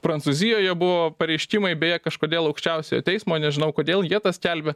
prancūzijoje buvo pareiškimai beje kažkodėl aukščiausiojo teismo nežinau kodėl jie tą skelbia